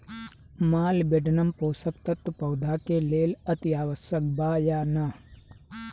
Molybdenum पोषक तत्व पौधा के लेल अतिआवश्यक बा या न?